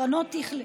שנייה,